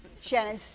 Shannon